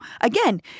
again